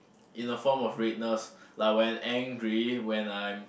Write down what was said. in a form of redness like when I'm angry when I